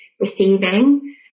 receiving